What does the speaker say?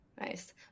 Nice